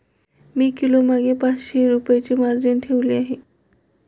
मी किलोमागे पाचशे रुपये मार्जिन ठेवली आहे